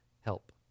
Help